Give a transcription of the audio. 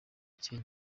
kenya